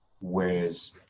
Whereas